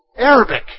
Arabic